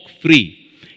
free